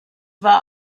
war